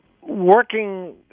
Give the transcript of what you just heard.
Working